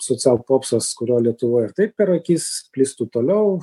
social popsas kurio lietuvoj ir taip per akis plistų toliau